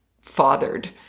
fathered